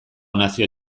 nazio